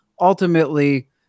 ultimately